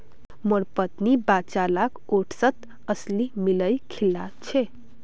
मोर पत्नी बच्चा लाक ओट्सत अलसी मिलइ खिला छेक